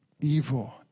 Evil